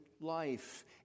life